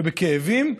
ובכאבים,